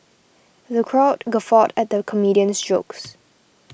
the crowd guffawed at the comedian's jokes